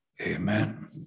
Amen